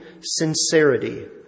sincerity